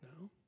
No